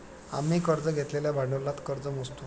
आम्ही कर्ज घेतलेल्या भांडवलात कर्ज मोजतो